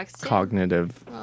cognitive